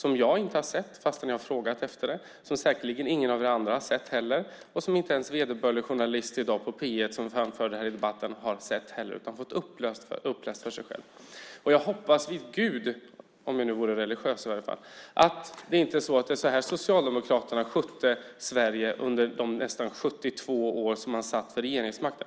Jag har inte sett det, fastän jag har frågat efter det. Säkerligen har ingen av er andra sett det heller. Inte ens vederbörlig journalist på P 1, som framförde det här i debatten, har sett det utan har bara fått det uppläst för sig. Jag hoppas vid Gud - om vi nu vore religiösa - att det inte var så här Socialdemokraterna skötte Sverige under de nästan 72 år som ni satt vid regeringsmakten.